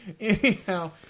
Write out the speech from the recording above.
anyhow